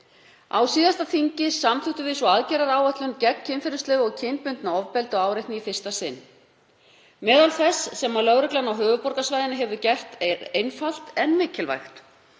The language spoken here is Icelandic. Á síðasta þingi samþykktum við svo aðgerðaáætlun gegn kynferðislegu og kynbundnu ofbeldi og áreitni í fyrsta sinn. Eitt af því sem lögreglan á höfuðborgarsvæðinu hefur gert er einfalt en mikilvægt